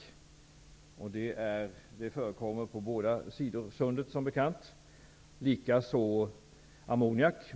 Som bekant förekommer det sådana utsläpp på båda sidor av Sundet.